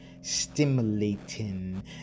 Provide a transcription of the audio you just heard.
stimulating